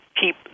keep